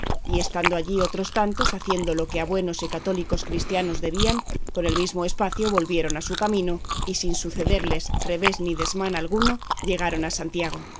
y estando allí otros tantos haciendo lo que a buenos y católicos cristianos debían con el mismo espacio volvieron a su camino y sin sucederles revés ni desmán alguno llegaron a santiago